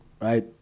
right